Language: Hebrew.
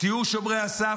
תהיו שומרי הסף?